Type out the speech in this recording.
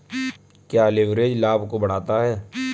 क्या लिवरेज लाभ को बढ़ाता है?